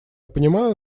понимаю